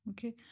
Okay